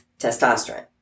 testosterone